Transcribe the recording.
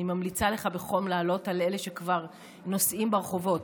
אני ממליצה לך בחום לעלות על אלה שכבר נוסעים ברחובות.